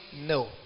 no